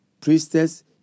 priestess